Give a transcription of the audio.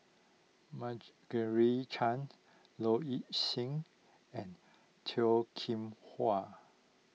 Margaret Chan Low Ing Sing and Toh Kim Hwa